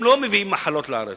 הם לא מביאים מחלות לארץ,